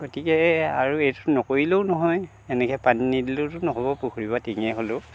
গতিকে আৰু এইটো নকৰিলেও নহয় এনেকৈ পানী নিদিলেওটো নহ'ব পুখুৰী বা টিঙেৰে হ'লেও